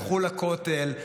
תלכו לכותל,